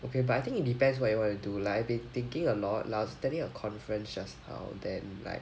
okay but I think it depends what you wanna do like I've thinking a lot like I was attending a conference just now then like